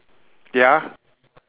ya